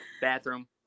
Bathroom